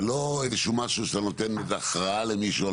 זה לא משהו שאתה נותן הכרעה למישהו על